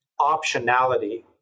optionality